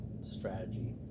strategy